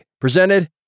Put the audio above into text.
presented